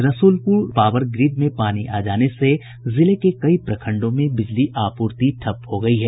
Rasulpur power grid में पानी आ जाने से जिले के कई प्रखंडों में बिजली आपूर्ति ठप्प हो गयी है